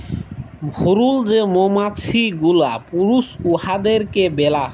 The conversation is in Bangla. ভুরুল যে মমাছি গুলা পুরুষ উয়াদেরকে ব্যলা হ্যয়